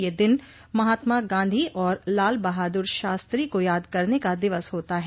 यह दिन महात्मा गांधी और लाल बहादुर शास्त्री को याद करने का दिवस होता है